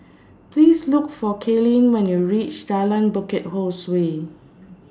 Please Look For Kalene when YOU REACH Jalan Bukit Ho Swee